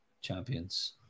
champions